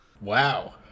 Wow